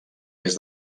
des